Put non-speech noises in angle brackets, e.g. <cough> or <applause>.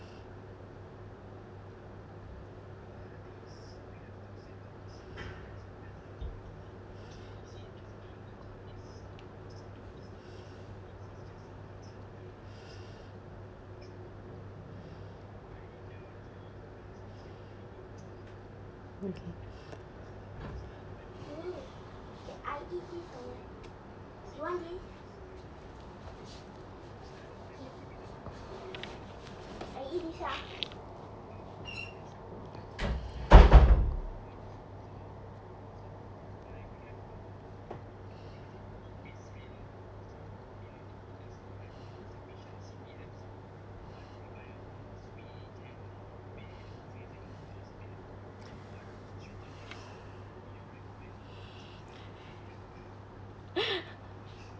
okay <laughs>